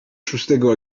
szóstego